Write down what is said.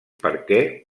perquè